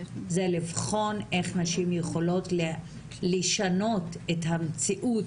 זה לבחון איך נשים יכולות לשנות את המציאות